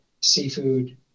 seafood